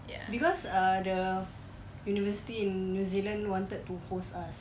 because ah the university in new zealand wanted to host us